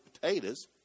potatoes